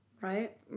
right